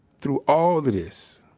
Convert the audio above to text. through all this,